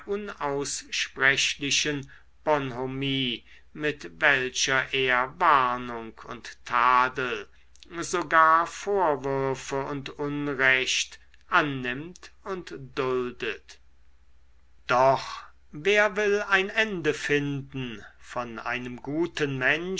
unaussprechlichen bonhomie mit welcher er warnung und tadel sogar vorwürfe und unrecht annimmt und duldet doch wer will ein ende finden von einem guten menschen